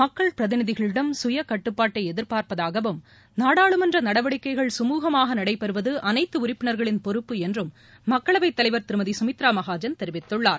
மக்கள் பிரதிநிதிகளிடம் சுய கட்டுப்பாட்டை எதிர்பார்ப்பதாகவும் நாடாளுமன்ற நடவடிக்கைகள் சுமூகமாக நடைபெறுவது அனைத்து உறுப்பினர்களின் பொறுப்பு என்றும் மக்களவைத் தலைவர் திருமதி சுமித்ரா மகாஜன் தெரிவித்துள்ளார்